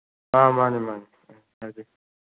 ꯑ ꯃꯥꯅꯦ ꯃꯥꯅꯦ ꯍꯥꯏꯕꯤꯌꯨ